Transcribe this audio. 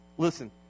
Listen